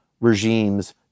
regimes